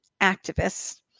activists